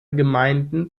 gemeinden